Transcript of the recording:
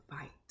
fight